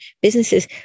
businesses